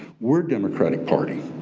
we're democratic party.